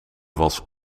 was